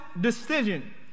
decision